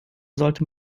sollte